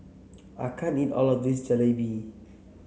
I can't eat all of this Jalebi